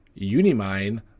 unimine